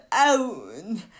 own